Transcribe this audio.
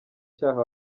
cyaha